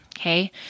Okay